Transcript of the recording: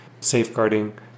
safeguarding